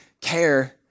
care